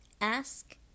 Ask